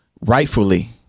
rightfully